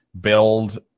build